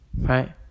Right